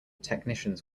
technicians